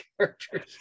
characters